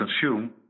consume